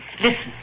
Listen